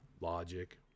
logic